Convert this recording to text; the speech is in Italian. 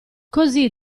così